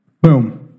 Boom